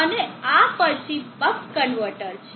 અને આ પછી બક કન્વર્ટર છે